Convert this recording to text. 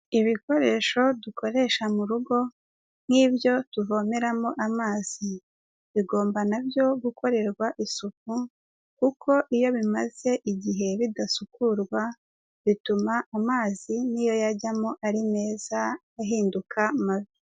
Ibikoresho dukoresha mu rugo nk'ibyo tuvomeramo amazi, bigomba na byo gukorerwa isuku kuko iyo bimaze igihe bidasukurwa, bituma amazi niyo yajyamo ari meza, ahinduka mabi.